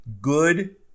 good